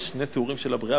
יש שני תיאורים של הבריאה,